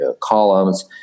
columns